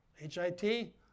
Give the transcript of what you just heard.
H-I-T